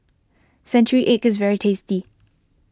Century Egg is very tasty